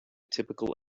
typical